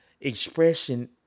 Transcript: expression